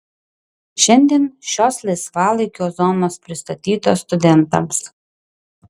šiandien šios laisvalaikio zonos pristatytos studentams